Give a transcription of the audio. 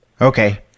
Okay